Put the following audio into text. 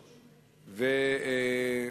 1043 ו-1055.